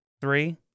three